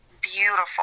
beautiful